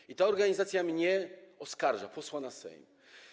I ta organizacja mnie oskarża, posła na Sejm.